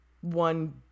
one